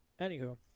anywho